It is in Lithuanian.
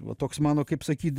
va toks mano kaip sakyt